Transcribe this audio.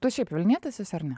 tu šiaip vilnietis esi ar ne